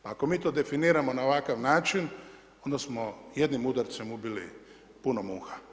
Pa ako mi to definiramo na ovakav način, onda smo jednim udarcem ubili puno muha.